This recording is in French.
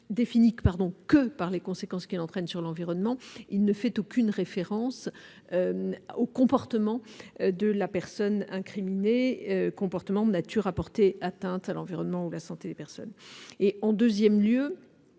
définit que par les conséquences qu'il entraîne sur l'environnement ; il ne fait aucune référence au comportement de la personne incriminée, comportement de nature à porter atteinte à l'environnement ou à la santé des personnes. En second lieu,